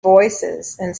voicesand